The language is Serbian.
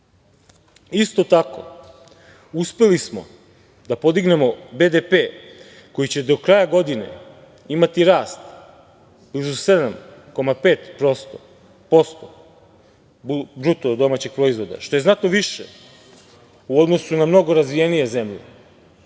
tako, uspeli smo da podignemo BDP, koji će do kraja godine imati rast blizu 7,5%, BDP, što je znato više u odnosu na mnogo razvijenije zemlje,